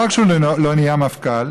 לא רק שהוא לא נהיה מפכ"ל,